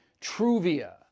Truvia